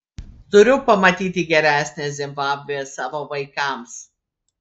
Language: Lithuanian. turiu pamatyti geresnę zimbabvę savo vaikams